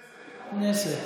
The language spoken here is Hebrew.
הכנסת,